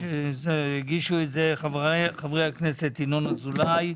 הגישו את זה חבריי חברי הכנסת ינון אזולאי,